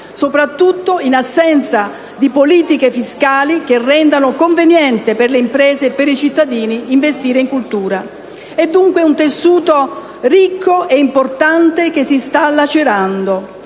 soprattutto in assenza di politiche fiscali che rendano conveniente per le imprese e per i cittadini investire in cultura. È dunque un tessuto ricco e importante che si sta lacerando.